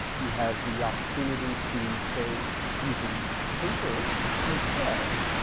you have the opportunity to pay using paper as well,